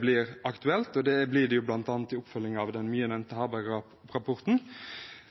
blir aktuelt, og det blir det bl.a. i oppfølgingen av den mye nevnte Harberg-rapporten.